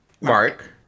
Mark